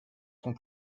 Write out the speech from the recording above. sont